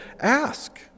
ask